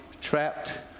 trapped